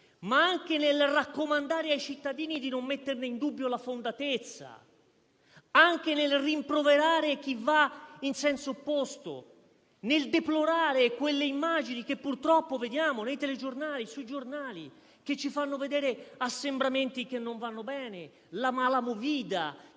ma anche nel raccomandare ai cittadini di non metterne in dubbio la fondatezza, nel rimproverare chi va in senso opposto e nel deplorare quelle immagini che purtroppo vediamo nei telegiornali e sui giornali, che mostrano assembramenti che non vanno bene, la mala *movida*,